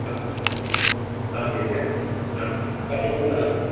ஆ ஓகேங்க ஆமாம் பார்த்திங்கனா நான்